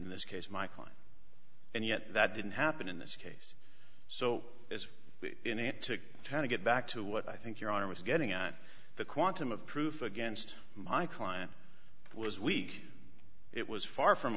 in this case my client and yet that didn't happen in this case so as to try to get back to what i think your honor was getting at the quantum of proof against my client was weak it was far from